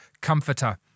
Comforter